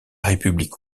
république